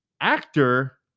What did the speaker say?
actor